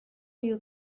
you